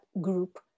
group